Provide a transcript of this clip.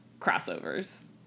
crossovers